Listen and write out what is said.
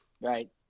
Right